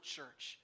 church